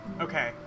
okay